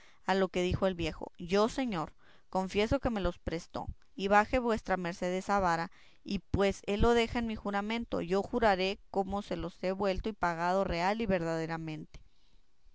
a lo que dijo el viejo yo señor confieso que me los prestó y baje vuestra merced esa vara y pues él lo deja en mi juramento yo juraré como se los he vuelto y pagado real y verdaderamente